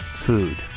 food